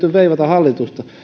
veivata hallitusta